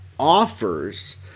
offers